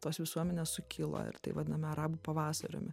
tos visuomenės sukilo ir tai vadinama arabų pavasariumi